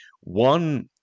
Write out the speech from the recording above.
one